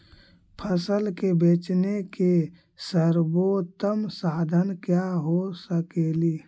फसल के बेचने के सरबोतम साधन क्या हो सकेली?